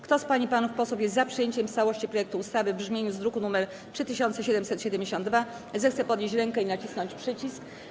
Kto z pań i panów posłów jest za przyjęciem w całości projektu ustawy w brzmieniu z druku nr 3772, zechce podnieść rękę i nacisnąć przycisk.